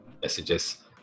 messages